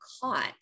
caught